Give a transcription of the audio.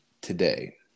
today